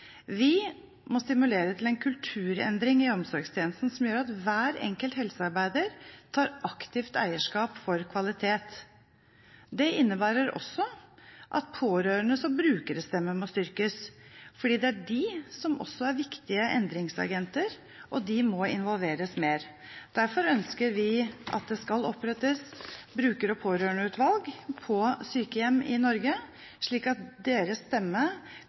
Vi må stimulere til en kulturendring i omsorgstjenesten som gjør at hver enkelt helsearbeider tar aktivt eierskap for kvalitet. Det innebærer også at pårørendes og brukeres stemmer må styrkes, fordi det er de som også er viktige endringsagenter, og de må involveres mer. Derfor ønsker vi at det skal opprettes bruker- og pårørendeutvalg på sykehjem i Norge, slik at deres